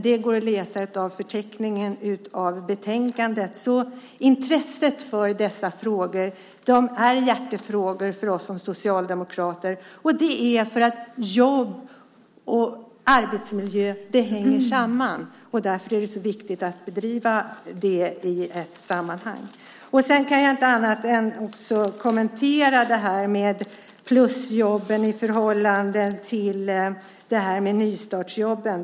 Det går att läsa i förteckningen i betänkandet. Dessa frågor är hjärtefrågor för oss socialdemokrater. Det är för att frågorna om jobb och arbetsmiljö hänger samman. Därför är det så viktigt att driva dem i ett sammanhang. Jag kan inte låta bli att kommentera plusjobben i förhållande till nystartsjobben.